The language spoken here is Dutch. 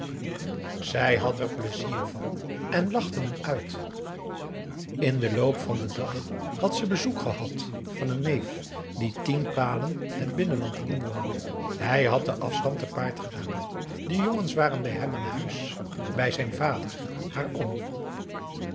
zij had er pleizier van en lachte hem uit in den loop van den dag had ze bezoek gehad van een neef die tien palen het binnenland in woonde hij had den afstand te paard gedaan de jongens waren bij hem aan huis bij zijn vader haar oom